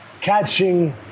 catching